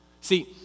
See